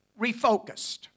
refocused